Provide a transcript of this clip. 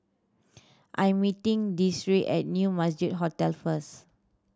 I am meeting Desiree at New Majestic Hotel first